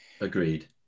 Agreed